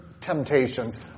temptations